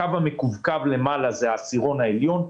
הקו המקווקו למעלה זה העשירון העליון.